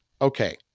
Okay